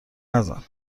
نزن